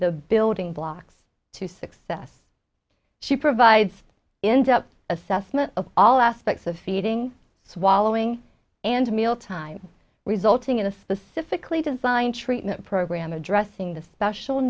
the building blocks to success she provides end up assessment of all aspects of feeding swallowing and mealtime resulting in a specifically designed treatment program addressing the special